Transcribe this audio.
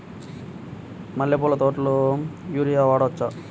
మల్లె పూల తోటలో యూరియా వాడవచ్చా?